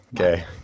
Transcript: okay